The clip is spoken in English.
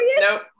Nope